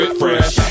fresh